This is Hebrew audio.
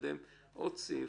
עוד סעיף.